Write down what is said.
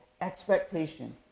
expectation